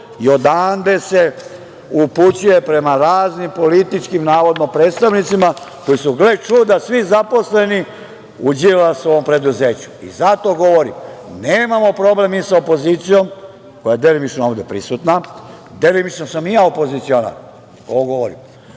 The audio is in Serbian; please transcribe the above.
i odande se upućuje prema raznim političkim navodno predstavnicima koji su, gle čuda, svi zaposleni u Đilasovom preduzeću. Zato govorim, nemamo problem mi sa opozicijom koja je delimično ovde prisutna, delimično sam i ja opozicionar, ni